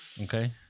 Okay